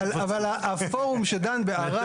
אבל הפורום שדן --- העיריות מפצות.